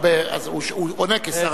אז הוא עונה כשר המשפטים.